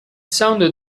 sound